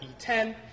E10